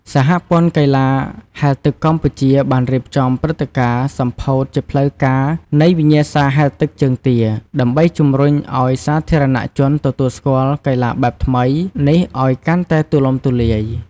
សហព័ន្ធកីឡាហែលទឹកកម្ពុជាបានរៀបចំព្រឹត្តិការណ៍សម្ពោធជាផ្លូវការនៃវិញ្ញាសាហែលទឹកជើងទា ដើម្បីជម្រុញឲ្យសាធារណជនទទួលស្គាល់កីឡាបែបថ្មីនេះឲ្យកាន់តែទូលំទូលាយ។